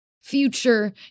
future